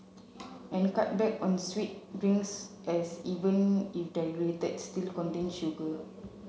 and cut back on sweet drinks as even if diluted still contain sugar